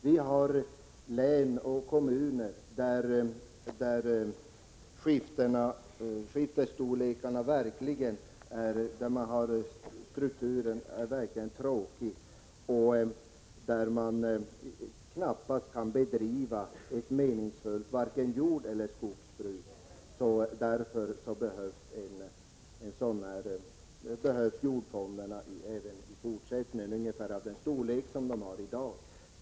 Vi har län och kommuner där storlekarna verkligen skiftar, där strukturen är mycket tråkig och där man knappast kan bedriva ett meningsfullt jordbruk eller skogsbruk. Därför behövs jordfonden även i fortsättningen, med ungefär samma storlek som den har i dag.